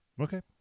Okay